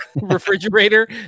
refrigerator